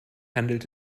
handelt